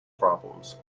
problems